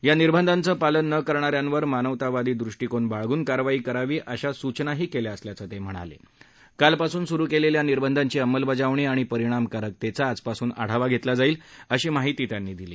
या निर्बधांचं पालन न करण्याऱ्यांवर मानवतावादी दृष्टीकोन बाळगून कारवाई करावी अशा सूचनाही क्ल्या असल्याचंही तमि़णाला कालपासून सुरु क्लिखा निर्द्धांची अंमलबजावणी आणि परिणामकारकतघी आजपासून आढावा घस्मा जाईल अशी माहितीही टोपखिनी यावर्छी दिली